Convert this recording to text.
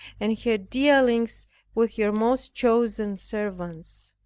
and her dealings with her most chosen servants.